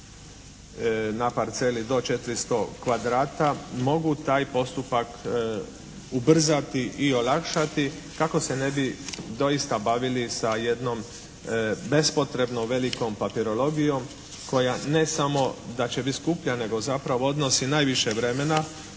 na parceli do 400 kvadrata mogu taj postupak ubrzati i olakšati kako se ne bi doista bavili sa jednom bespotrebno velikom papirologijom koja ne samo da će biti skuplja nego zapravo odnosi najviše vremena